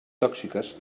tòxiques